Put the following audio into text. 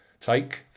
take